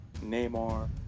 Neymar